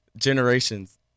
Generations